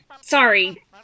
Sorry